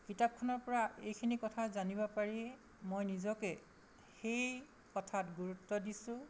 কিতাপখনৰ পৰা এইখিনি কথা জানিব পাৰি মই নিজকে সেই কথাত গুৰুত্ব দিছোঁ